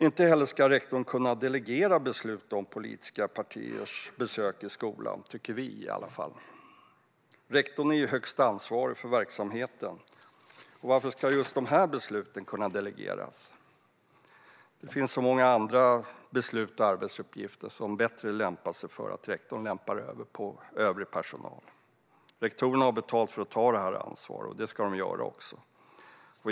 Inte heller ska rektorn kunna delegera beslut om politiska partiers besök i skolan - tycker vi i alla fall. Rektorn är högst ansvarig för verksamheten, och varför ska just dessa beslut kunna delegeras? Det finns många andra beslut och arbetsuppgifter som bättre lämpar sig för att rektorn lämpar över dem på övrig personal. Rektorerna har betalt för att ta det ansvaret, och det ska de också göra.